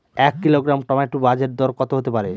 এক kilogram tomato বাজের দরকত হতে পারে?